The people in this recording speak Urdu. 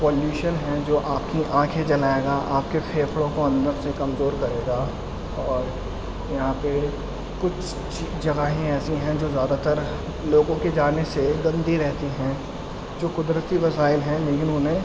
پالیوشن ہیں جو آپ کی آنکھیں جلائے گا آپ کے پھیپھڑوں کو اندر سے کمزور کرے گا اور یہاں پہ کچھ جگہیں ایسی ہیں جو زیادہ تر لوگوں کے جانے سے گندی رہتی ہیں جو قدرتی وسائل ہیں لیکن انہیں